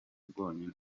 rwonyine